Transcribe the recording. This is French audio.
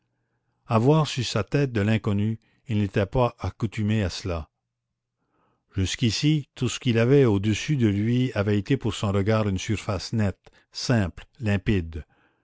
avoir sur sa tête de l'inconnu il n'était pas accoutumé à cela jusqu'ici tout ce qu'il avait au-dessus de lui avait été pour son regard une surface nette simple limpide